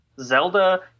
Zelda